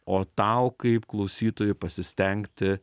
o tau kaip klausytojui pasistengti